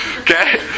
Okay